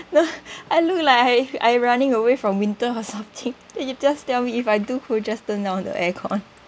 I look like I I running away from winter or something then you just tell me if I do to just turn down the aircon